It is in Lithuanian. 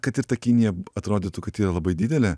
kad ir ta kinija atrodytų kad yra labai didelė